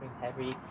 heavy